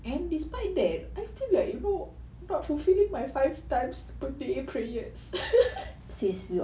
and despite that I still like you know not fulfilling my five times per day prayers